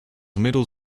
middle